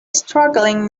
struggling